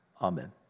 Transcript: Amen